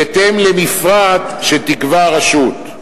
בהתאם למפרט שתקבע הרשות.